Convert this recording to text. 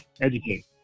Educate